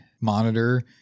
monitor